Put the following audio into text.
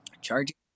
charging